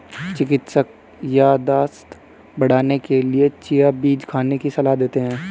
चिकित्सक याददाश्त बढ़ाने के लिए चिया बीज खाने की सलाह देते हैं